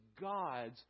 God's